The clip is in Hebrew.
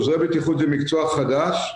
עוזרי בטיחות זה מקצוע חדש,